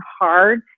hard